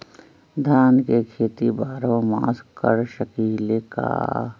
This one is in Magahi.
धान के खेती बारहों मास कर सकीले का?